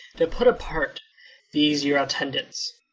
to put apart these your attendants,